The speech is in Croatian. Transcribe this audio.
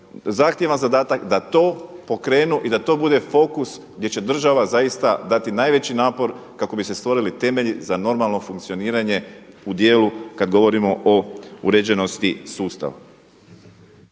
zahtjevan zadatak da to pokrenu i da to bude fokus gdje će država zaista dati najveći napor kako bi se stvorili temelji za normalno funkcioniranje u dijelu kad govorimo o uređenosti sustava.